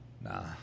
Nah